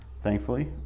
thankfully